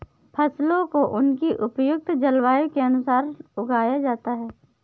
फसलों को उनकी उपयुक्त जलवायु के अनुसार उगाया जाता है